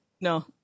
No